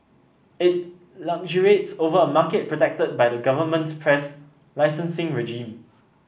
it luxuriates over a market protected by the government's press licensing regime